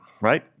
right